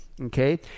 okay